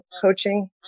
coaching